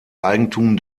eigentum